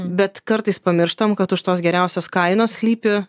bet kartais pamirštam kad už tos geriausios kainos slypi